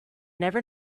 never